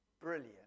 Brilliant